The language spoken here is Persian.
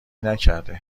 نکرده